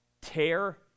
Tear